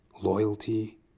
Loyalty